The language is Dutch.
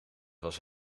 was